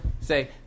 Say